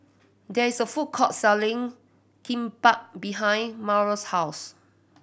there is a food court selling Kimbap behind Mario's house